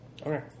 Okay